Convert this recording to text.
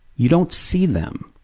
you don't see them,